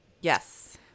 Yes